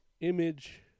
image